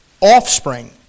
offspring